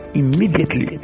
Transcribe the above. immediately